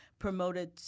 Promoted